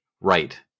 right